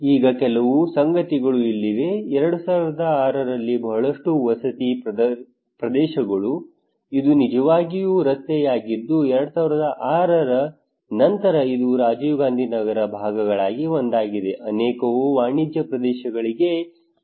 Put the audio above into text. ಈಗ ಕೆಲವು ಸಂಗತಿಗಳು ಇಲ್ಲಿವೆ 2006 ರಲ್ಲಿ ಬಹಳಷ್ಟು ವಸತಿ ಪ್ರದೇಶಗಳು ಇದು ನಿಜವಾಗಿ ರಸ್ತೆಯಾಗಿದ್ದು 2006 ರ ನಂತರ ಇದು ರಾಜೀವ್ ಗಾಂಧಿ ನಗರದ ಭಾಗಗಳಲ್ಲಿ ಒಂದಾಗಿದೆ ಅನೇಕವು ವಾಣಿಜ್ಯ ಪ್ರದೇಶಗಳಿಗೆ ಪರಿವರ್ತನೆಗೊಂಡವು